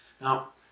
Now